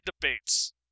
debates